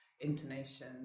intonation